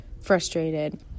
frustrated